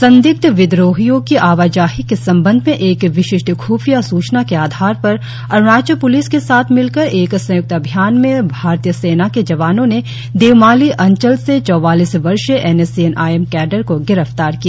संदिग्ध विद्रोहियों की आवाजाही के संबंध में एक विशिष्ट ख्फिया सूचना के आधार पर अरुणाचल पुलिस के साथ मिलकर एक संयुक्त अभियान में भारतीय सेना के जवानों ने देवमाली अंचल से चौवालीस वर्षीय N S C N I M cadre को गिरफ्तार किया